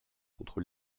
contre